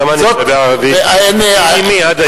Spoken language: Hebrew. גם אני מדבר ערבית עם אמי עד היום.